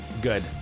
good